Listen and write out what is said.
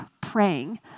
praying